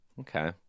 Okay